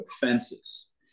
fences